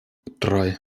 drei